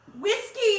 Whiskey